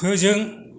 फोजों